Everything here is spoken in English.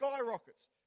skyrockets